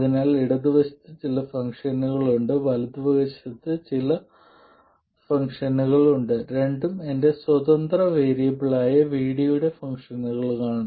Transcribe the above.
അതിനാൽ ഇടത് വശത്ത് ചില ഫംഗ്ഷനുകൾ ഉണ്ട് വലതുവശത്ത് മറ്റ് ചില ഫംഗ്ഷനുകൾ ഉണ്ട് രണ്ടും എന്റെ സ്വതന്ത്ര വേരിയബിളായ VD യുടെ ഫംഗ്ഷനുകളാണ്